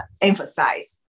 emphasize